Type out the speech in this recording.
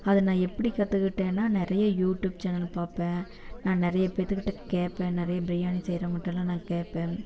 அதை நான் எப்படி கற்றுக்கிட்டேன்னா நிறைய யூடியூப் சேனலு பார்ப்பேன் நான் நிறைய பேர்த்துக் கிட்டே கேட்பேன் நிறையா பிரியாணி செய்கிறவங்கட்டலாம் நான் கேட்பேன்